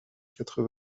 quatre